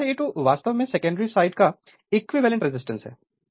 Refer Slide Time 1843 यह Re2 वास्तव में सेकेंडरी साइड का इक्विवेलेंट रेजिस्टेंस है